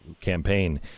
campaign